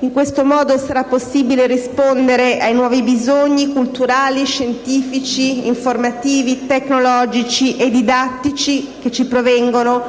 In questo modo sarà possibile rispondere ai nuovi bisogni culturali, scientifici, informativi, tecnologici e didattici che ci provengono